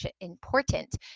important